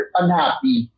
unhappy